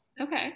Okay